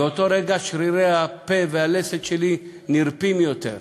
ובאותו רגע שרירי הפה והלסת שלי נרפים יותר.